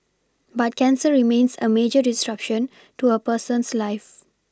but cancer remains a major disruption to a person's life